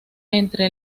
entre